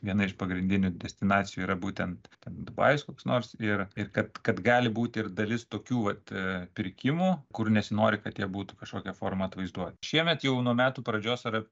viena iš pagrindinių destinacijų yra būtent ten dubajus koks nors ir ir kad kad gali būt ir dalis tokių vat pirkimų kur nesinori kad jie būtų kažkokia forma atvaizduoti šiemet jau nuo metų pradžios yra